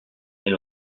elle